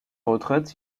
retraite